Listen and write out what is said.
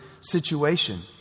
situation